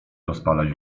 rozpalać